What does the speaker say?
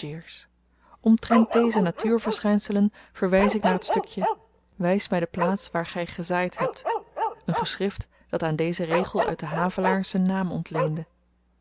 omtrent deze natuurverschynselen verwys ik naar t stukje wijs mij de plaats waar gy gezaaid hebt een geschrift dat aan dezen regel uit den havelaar z'n naam ontleende